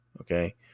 Okay